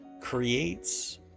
creates